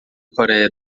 coreia